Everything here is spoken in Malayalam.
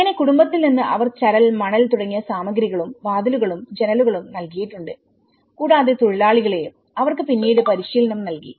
അങ്ങനെ കുടുംബത്തിൽ നിന്ന് അവർ ചരൽ മണൽ തുടങ്ങിയ സാമഗ്രികളും വാതിലുകളും ജനലുകളും നൽകിയിട്ടുണ്ട് കൂടാതെ തോഴിലാളികളെയും അവർക്ക് പിന്നീട് പരിശീലനം നൽകി